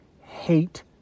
hate